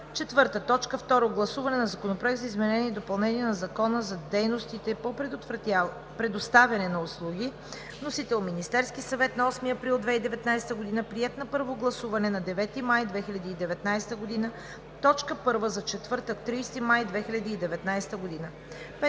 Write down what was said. Второ гласуване на Законопроекта за изменение и допълнение на Закона за дейностите по предоставяне на услуги. Вносител: Министерският съвет на 8 април 2019 г., приет на първо гласуване на 9 май 2019 г. – точка първа